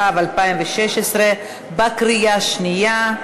התשע"ו 2016, בקריאה שנייה.